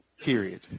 Period